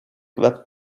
web